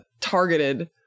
targeted